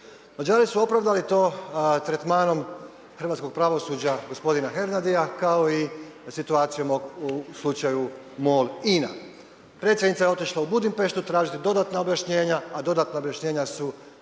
Mađari su opravdali to tretmanom hrvatskog pravosuđa gospodina Hernadia kao i situaciju u slučaju MOL INA. Predsjednica je otišla u Budimpeštu tražiti dodatna objašnjenja, a dodatna objašnjenja su